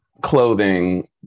clothing